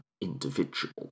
individual